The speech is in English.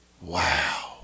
wow